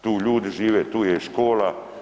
Tu ljudi žive, tu je i škola.